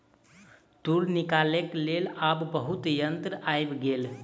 तूर निकालैक लेल आब बहुत यंत्र आइब गेल